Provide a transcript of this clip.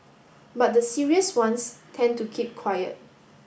but the serious ones tend to keep quiet